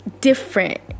different